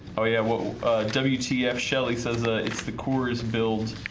oh, yeah well wtf shelley says ah it's the core is build